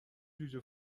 جوجه